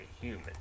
human